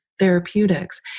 therapeutics